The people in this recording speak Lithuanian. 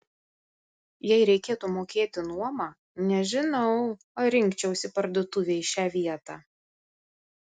jei reikėtų mokėti nuomą nežinau ar rinkčiausi parduotuvei šią vietą